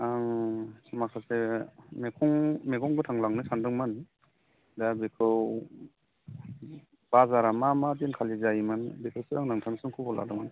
आं माखासे मैगं गोथां लांनो सानदोंमोन दा बेखौ बाजारा मा मा दिनखालि जायोमोन बेखौसो आं नोंथांनिसिम खबर लादोंमोन